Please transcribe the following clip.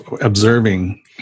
observing